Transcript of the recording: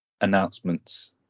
announcements